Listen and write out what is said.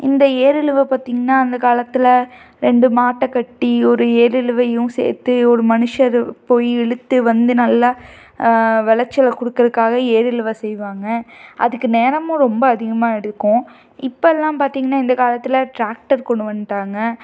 இந்த ஏருழுவு பாத்தீங்கனா அந்த காலத்தில் ரெண்டு மாட்டை கட்டி ஒரு ஏருழுவயும் சேர்த்து ஒரு மனுஷரை போய் இழுத்து வந்து நல்லா விளச்சல கொடுக்கறக்காக ஏருழுவை செய்வாங்க அதுக்கு நேரமும் ரொம்ப அதிகமாக எடுக்கும் இப்பெல்லாம் பார்த்தீங்கனா இந்த காலத்தில் டிராக்டர் கொண்டு வந்துடாங்க